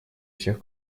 всех